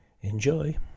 Enjoy